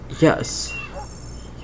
yes